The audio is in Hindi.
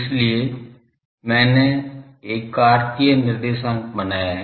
इसलिए मैंने एक कार्तीय निर्देशांक बनाया है